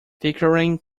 pickering